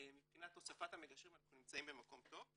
הוספת המגשרים אנחנו נמצאים במקום טוב.